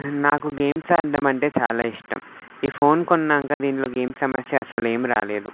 నాకు గేమ్స్ ఆడడం అంటే చాలా ఇష్టం ఈ ఫోన్ కొన్నాక దీంట్లో గేమ్ సమస్య అసలు ఏం రాలేదు